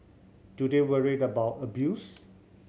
do they worried about abuse